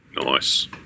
Nice